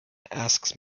asks